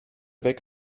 weg